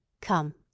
Come